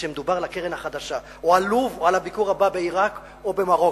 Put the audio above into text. וכשמדובר על הקרן החדשה או על לוב או על הביקור הבא בעירק או במרוקו,